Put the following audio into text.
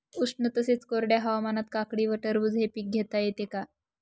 उष्ण तसेच कोरड्या हवामानात काकडी व टरबूज हे पीक घेता येते का?